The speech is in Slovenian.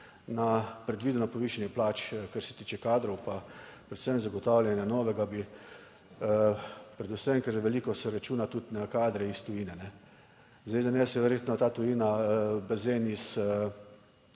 na predvideno povišanje plač, kar se tiče kadrov, pa predvsem zagotavljanja novega, bi predvsem, ker je veliko se računa tudi na kadre iz tujine. Zdaj, za nas je verjetno ta tujina bazen